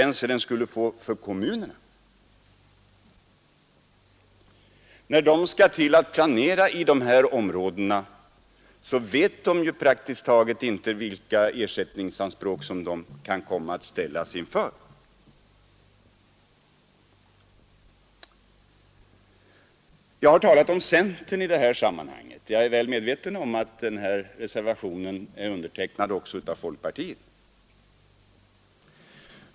När kommunerna skall till att planera i de här områdena vet de ju praktiskt taget inte vilka ersättningsanspråk de kan komma att ställas inför. Jag har talat om centern i det här sammanhanget — jag är väl medveten om att denna reservation är undertecknad också av folkpartiet.